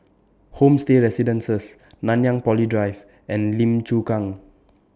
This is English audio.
Homestay Residences Nanyang Poly Drive and Lim Chu Kang